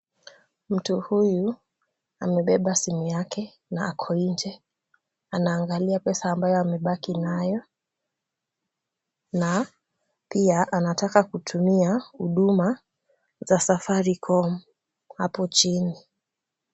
Mtu huyu amebeba simu yake na ako inje, Ana angalia pesa amebaki nayo, na pia anataka kutumia huduma, za safaricom hapo chini.